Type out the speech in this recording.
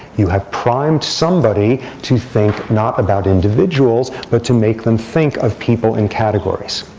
you have primed somebody to think not about individuals, but to make them think of people in categories.